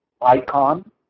icon